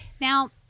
Now